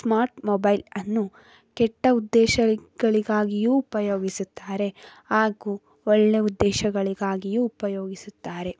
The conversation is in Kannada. ಸ್ಮಾರ್ಟ್ ಮೊಬೈಲನ್ನು ಕೆಟ್ಟ ಉದ್ದೇಶಗಳಿಗಾಗಿಯೂ ಉಪಯೋಗಿಸುತ್ತಾರೆ ಹಾಗೂ ಒಳ್ಳೆಯ ಉದ್ದೇಶಗಳಿಗಾಗಿಯೂ ಉಪಯೋಗಿಸುತ್ತಾರೆ